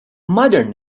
modern